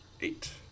Eight